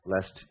lest